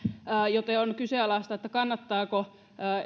on siis kyseenalaista kannattaako